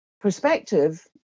perspective